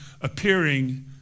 appearing